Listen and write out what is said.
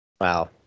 Wow